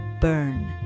burn